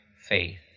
faith